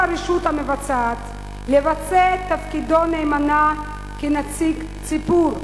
הרשות המבצעת לבצע את תפקידו נאמנה כנציג ציבור?